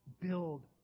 build